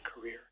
career